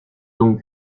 donc